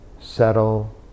settle